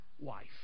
wife